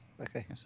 Okay